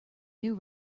new